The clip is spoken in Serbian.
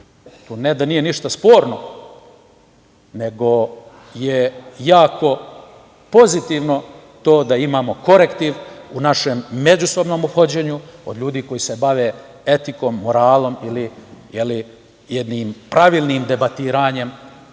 Tu ne da nije ništa sporno, nego je jako pozitivno to da imamo korektiv u našem međusobnom ophođenju od ljudi koji se bave etikom, moralom ili jednim pravilnim debatiranjem.